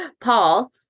Paul